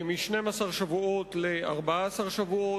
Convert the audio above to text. מ-12 שבועות ל-14 שבועות.